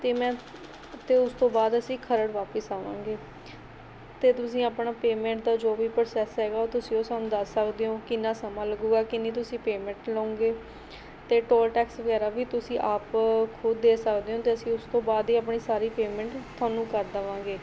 ਅਤੇ ਮੈਂ ਅਤੇ ਉਸ ਤੋਂ ਬਾਅਦ ਅਸੀਂ ਖਰੜ ਵਾਪਸ ਆਵਾਂਗੇ ਅਤੇ ਤੁਸੀਂ ਆਪਣਾ ਪੇਮੈਂਟ ਦਾ ਜੋ ਵੀ ਪ੍ਰੋਸੈਸ ਹੈਗਾ ਉਹ ਤੁਸੀਂ ਉਹ ਸਾਨੂੰ ਦੱਸ ਸਕਦੇ ਹੋ ਕਿੰਨਾ ਸਮਾਂ ਲੱਗੂਗਾ ਕਿੰਨੀ ਤੁਸੀਂ ਪੇਮੈਂਟ ਲਉਂਗੇ ਅਤੇ ਟੋਲ ਟੈਕਸ ਵਗੈਰਾ ਵੀ ਤੁਸੀਂ ਆਪ ਖੁਦ ਦੇ ਸਕਦੇ ਹੋ ਅਤੇ ਅਸੀਂ ਉਸ ਤੋਂ ਬਾਅਦ ਹੀ ਆਪਣੀ ਸਾਰੀ ਪੇਮੈਂਟ ਤੁਹਾਨੂੰ ਕਰ ਦੇਵਾਂਗੇ